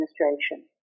administration